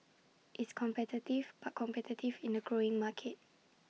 it's competitive but competitive in A growing market